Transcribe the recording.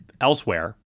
elsewhere